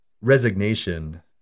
resignation